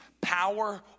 power